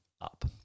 up